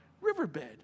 riverbed